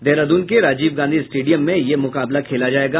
देहरादून के राजीव गांधी स्टेडियम में यह मुकाबला खेला जायेगा